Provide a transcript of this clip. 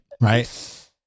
right